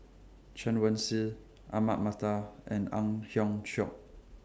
Chen Wen Hsi Ahmad Mattar and Ang Hiong Chiok